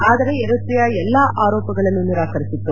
ಆದರೆ ಎರಿಟ್ರೆಯಾ ಎಲ್ಲ ಆರೋಪಗಳನ್ನು ನಿರಾಕರಿಸಿತ್ತು